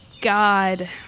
God